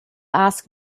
ask